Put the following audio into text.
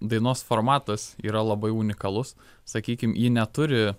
dainos formatas yra labai unikalus sakykim ji neturi